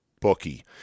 bookie